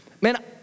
Man